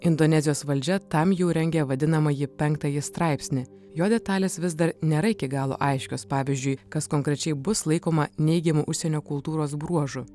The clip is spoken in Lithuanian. indonezijos valdžia tam jau rengia vadinamąjį penktąjį straipsnį jo detalės vis dar nėra iki galo aiškios pavyzdžiui kas konkrečiai bus laikoma neigiamu užsienio kultūros bruožu